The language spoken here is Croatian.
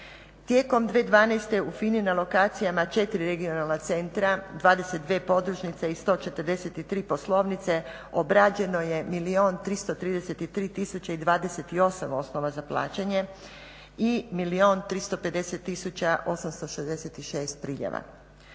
Tijekom 2012.u FINA-i na lokacijama 4 regionalna centra, 22 podružnice i 143 poslovnice obrađeno je milijun 333 tisuće i 28 osnova za plaćanje i milijun 350 tisuća 866 priljeva.